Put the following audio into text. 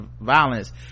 violence